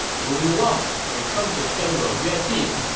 moving along, we come to the general yue jin.